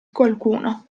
qualcuno